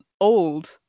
old